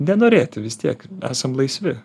nenorėti vis tiek esam laisvi